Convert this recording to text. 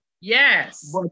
Yes